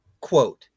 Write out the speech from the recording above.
quote